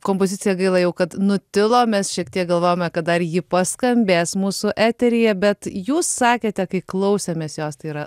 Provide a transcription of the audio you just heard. kompozicija gaila jau kad nutilo mes šiek tiek galvojome kad dar ji paskambės mūsų eteryje bet jūs sakėte kai klausėmės jos tai yra